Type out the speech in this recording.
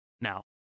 Now